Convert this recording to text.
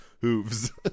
hooves